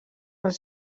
els